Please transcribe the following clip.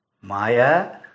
Maya